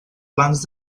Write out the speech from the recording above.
plans